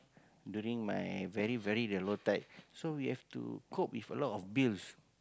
during my very very the low tide so we have to cope with a lot of bills